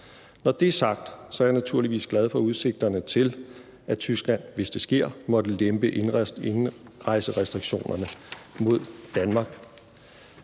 Når det er sagt, er jeg naturligvis glad for udsigterne til, at Tyskland, hvis det sker, måtte lempe indrejserestriktionerne mod Danmark,